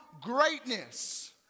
greatness